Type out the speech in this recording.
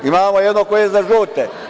Imamo jednog koji je za žute.